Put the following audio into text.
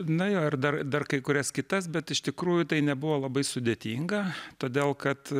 na ar dar dar kai kurias kitas bet iš tikrųjų tai nebuvo labai sudėtinga todėl kad